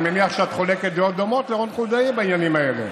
אני מניח שאת חולקת דעות דומות עם רון חולדאי בעניינים האלה.